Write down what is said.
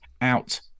out